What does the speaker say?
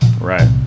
right